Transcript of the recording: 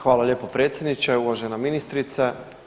Hvala lijepo predsjedniče, uvažena ministrica.